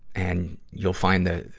and you'll find the,